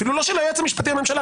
אפילו לא של היועץ המשפטי לממשלה,